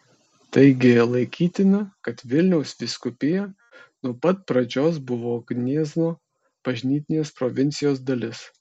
taigi laikytina kad vilniaus vyskupija nuo pat pradžios buvo gniezno bažnytinės provincijos dalis